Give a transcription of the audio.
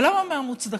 למה מהמוצדקים?